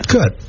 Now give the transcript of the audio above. Good